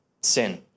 sin